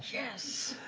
yes.